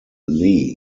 lee